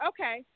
Okay